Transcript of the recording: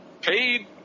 Paid